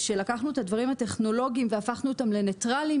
לקחנו את הדברים הטכנולוגיים והפכנו אותם לניטרליים